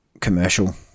commercial